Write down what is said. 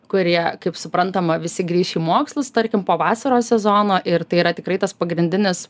kurie kaip suprantama visi grįš į mokslus tarkim po vasaros sezono ir tai yra tikrai tas pagrindinis